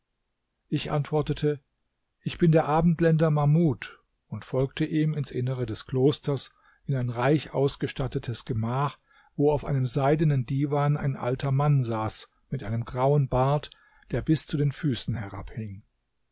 ich antwortete ich bin der abendländer mahmud und folgte ihm ins innere des klosters in ein reich ausgestattetes gemach wo auf einem seidenen divan ein alter mann saß mit einem grauen bart der bis zu den füßen herabhing